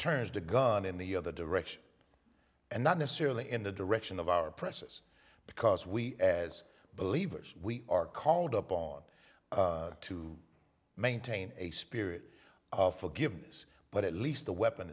turns the gun in the other direction and not necessarily in the direction of our princes because we as believers we are called up on to maintain a spirit of forgiveness but at least the weapon